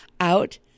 out